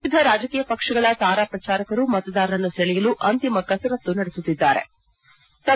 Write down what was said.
ವಿವಿಧ ರಾಜಕೀಯ ಪಕ್ಷಗಳ ತಾರಾ ಪ್ರಜಾರಕರು ಮತದಾರರನ್ನು ಸೆಳೆಯಲು ಅಂತಿಮ ಕಸರತ್ತು ನಡೆಸುತ್ತಿದ್ಲಾರೆ